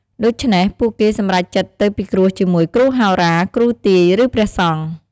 ដូច្នេះ ពួកគេសម្រេចចិត្តទៅពិគ្រោះជាមួយ គ្រូហោរា គ្រូទាយ ឬព្រះសង្ឃ។